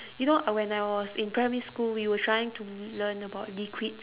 you know uh when I was in primary school we were trying to learn about liquids